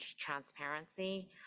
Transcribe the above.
transparency